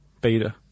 beta